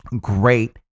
Great